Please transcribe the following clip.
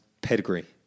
pedigree